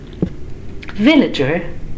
villager